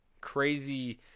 crazy